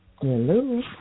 Hello